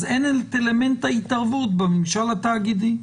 אז אין את אלמנט ההתערבות בממשל התאגידי.